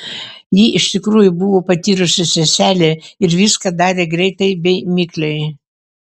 ji iš tikrųjų buvo patyrusi seselė ir viską darė greitai bei mikliai